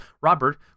Robert